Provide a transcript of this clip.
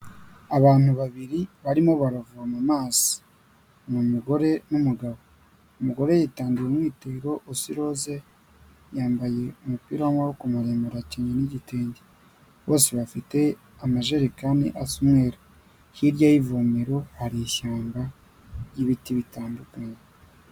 Abantu babiri barimo baravoma amazi, ni umugore n'umugabo. Umugore yitandiye umwitero usa iroze, yambaye umupira w'amaboko maremare, akenyeye n'igitenge. Bose bafite amajerekani asa umweru. Hirya y'ivomero hari ishyamba ry'ibiti bitandukanye.